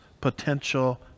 potential